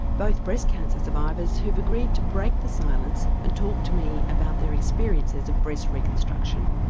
both breast cancer survivors who've agreed to break the silence and talk to me about their experiences of breast reconstruction.